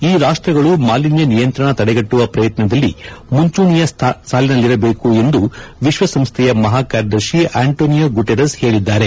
ಈ ರಾಷ್ಟಗಳು ಮಾಲಿನ್ನ ನಿಯಂತ್ರಣ ತಡೆಗಟ್ಟುವ ಪ್ರಯತ್ನದಲ್ಲಿ ಮುಂಚೂಣೆಯ ಸಾಲಿನಲ್ಲಿರಬೇಕು ಎಂದು ವಿಶ್ವಸಂಸ್ಥೆಯ ಮಹಾ ಕಾರ್ಯದರ್ಶಿ ಅಂಟೊನಿಯೋ ಗುಟಿರಸ್ ಹೇಳಿದ್ದಾರೆ